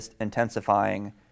intensifying